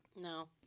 No